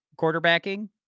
quarterbacking